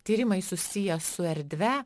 tyrimai susiję su erdve